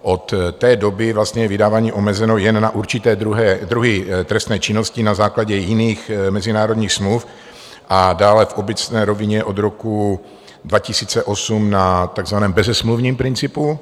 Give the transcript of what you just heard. Od té doby je vydávání omezeno jen na určité druhy trestné činnosti na základě jiných mezinárodních smluv a dále v obecné rovině od roku 2008 na takzvaném bezesmluvním principu.